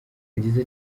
yagize